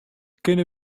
kinne